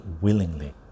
willingly